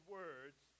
words